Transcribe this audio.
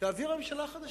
תעביר הממשלה החדשה.